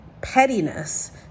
pettiness